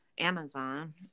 Amazon